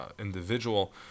individual